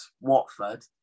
Watford